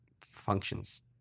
functions